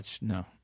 no